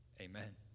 Amen